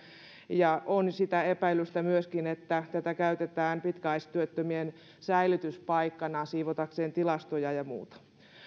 ja on sitä epäilystä myöskin että tätä käytetään pitkäaikaistyöttömien säilytyspaikkana tilastojen siivoamiseksi ja muuta